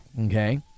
Okay